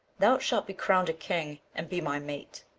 thou shalt be crown'd a king, and be my mate!